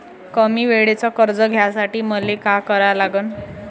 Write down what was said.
कमी वेळेचं कर्ज घ्यासाठी मले का करा लागन?